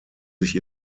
sich